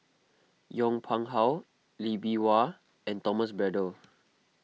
Yong Pung How Lee Bee Wah and Thomas Braddell